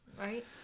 Right